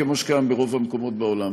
כמו שקיים ברוב המקומות בעולם.